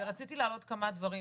ורציתי להעלות כמה דברים,